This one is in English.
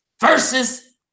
versus